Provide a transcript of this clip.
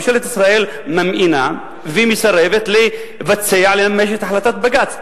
ממשלת ישראל ממאנת ומסרבת לבצע לממש את החלטת בג"ץ?